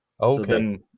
Okay